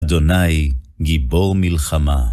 אדוני, גיבור מלחמה